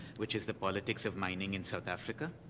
which is the politics of mining in south africa.